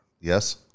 Yes